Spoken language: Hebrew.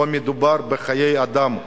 פה מדובר בחיי אדם.